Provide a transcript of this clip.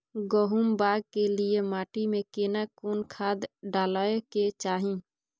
गहुम बाग के लिये माटी मे केना कोन खाद डालै के चाही?